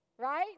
Right